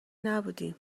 نبودیم